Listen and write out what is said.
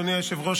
אדוני היושב-ראש,